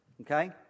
Okay